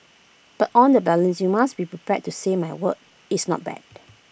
but on the balance you must be prepared to say my work is not bad